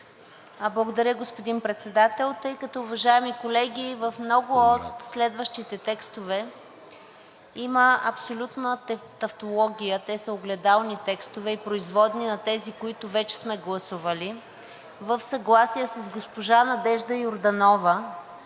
Благодаря, господин Председател. Тъй като, уважаеми колеги, в много от следващите текстове има абсолютна тавтология – те са огледални текстове и производни на тези, които вече сме гласували, в съгласие с госпожа Надежда Йорданова,